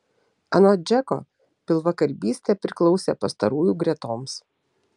anot džeko pilvakalbystė priklausė pastarųjų gretoms